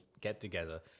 get-together